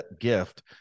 gift